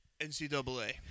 NCAA